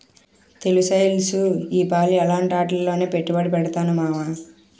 తెలుస్తెలుసు ఈపాలి అలాటాట్లోనే పెట్టుబడి పెడతాను మావా